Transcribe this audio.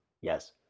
Yes